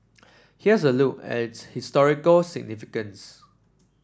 here's a look at its historical significance